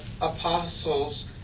apostles